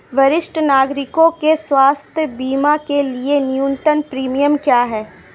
वरिष्ठ नागरिकों के स्वास्थ्य बीमा के लिए न्यूनतम प्रीमियम क्या है?